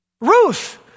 Ruth